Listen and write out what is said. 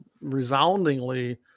resoundingly